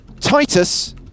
Titus